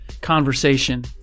conversation